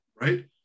right